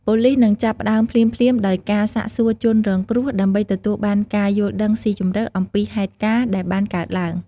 ប៉ូលិសនឹងចាប់ផ្តើមភ្លាមៗដោយការ សាកសួរជនរងគ្រោះ ដើម្បីទទួលបានការយល់ដឹងស៊ីជម្រៅអំពីហេតុការណ៍ដែលបានកើតឡើង។